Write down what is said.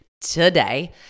today